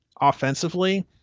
offensively